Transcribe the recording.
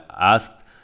asked